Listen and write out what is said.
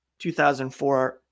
2004